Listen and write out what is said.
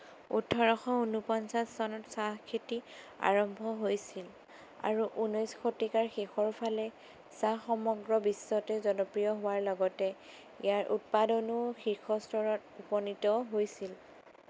ওঠৰশ ঊনোপঞ্চাছ চনত চাহ খেতি আৰম্ভ হৈছিল আৰু ঊনৈছ শতিকাৰ শেষৰ ফালে চাহ সমগ্ৰ বিশ্বতে জনপ্ৰিয় হোৱাৰ লগতে ইয়াৰ উৎপাদনো শীৰ্ষস্তৰত উপনীত হৈছিল